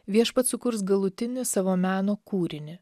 viešpats sukurs galutinį savo meno kūrinį